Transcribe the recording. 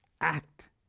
Act